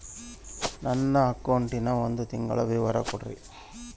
ನನ್ನ ಅಕೌಂಟಿನ ಒಂದು ತಿಂಗಳದ ವಿವರ ಕೊಡ್ರಿ?